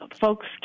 Folks